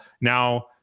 now